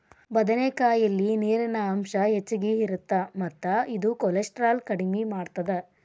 ಬದನೆಕಾಯಲ್ಲಿ ನೇರಿನ ಅಂಶ ಹೆಚ್ಚಗಿ ಇರುತ್ತ ಮತ್ತ ಇದು ಕೋಲೆಸ್ಟ್ರಾಲ್ ಕಡಿಮಿ ಮಾಡತ್ತದ